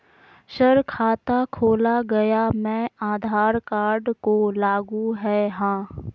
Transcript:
Sir खाता खोला गया मैं आधार कार्ड को लागू है हां?